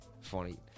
Funny